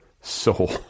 soul